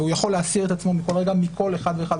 והוא יכול להסיר את עצמו בכל רגע מכל אחד ואחד,